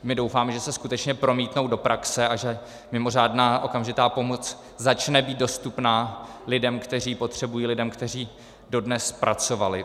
My doufáme, že se skutečně promítnou do praxe a že mimořádná okamžitá pomoc začne být dostupná lidem, kteří ji potřebují, lidem, kteří dodnes pracovali.